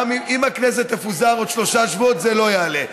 אם הכנסת תפוזר בעוד שלושה שבועות, זה לא יעלה.